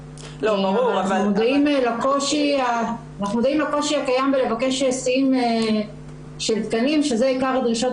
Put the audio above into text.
ואנחנו מודעים לקושי הקיים בלבקש --- של תקנים שזה עיקר הדרישות